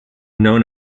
known